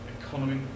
economy